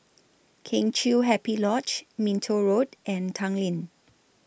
Kheng Chiu Happy Lodge Minto Road and Tanglin